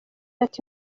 ati